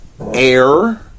air